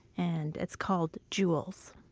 and it's called jewels.